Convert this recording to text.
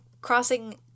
crossing